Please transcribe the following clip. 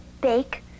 bake